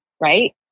right